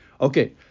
Okay